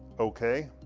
okay,